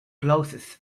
closes